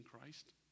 Christ